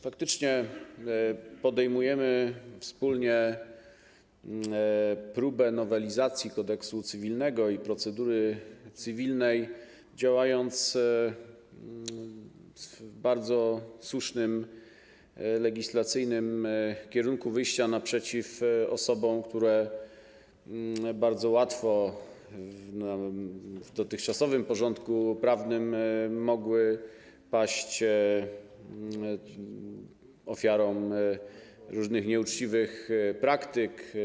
Faktycznie podejmujemy wspólnie próbę nowelizacji Kodeksu cywilnego i procedury cywilnej, działając w bardzo słusznym legislacyjnym kierunku wyjścia naprzeciw osobom, które w dotychczasowym porządku prawnym bardzo łatwo mogły paść ofiarą różnych nieuczciwych praktyk.